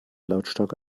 lautstark